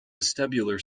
vestibular